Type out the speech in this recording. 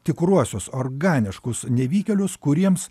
tikruosius organiškus nevykėlius kuriems